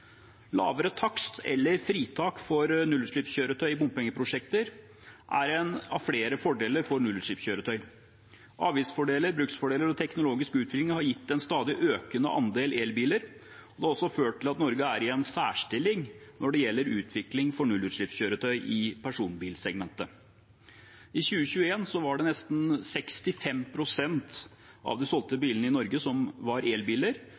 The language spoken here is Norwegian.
Lavere takst eller fritak for nullutslippskjøretøy i bompengeprosjekter er en av flere fordeler for nullutslippskjøretøy. Avgiftsfordeler, bruksfordeler og teknologisk utvikling har gitt en stadig økende andel elbiler og også ført til at Norge er i en særstilling når det gjelder utvikling for nullutslippskjøretøy i personbilsegmentet. I 2021 var nesten 65 pst. av de solgte bilene i Norge elbiler,